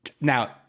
Now